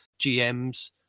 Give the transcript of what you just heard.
GMs